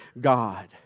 God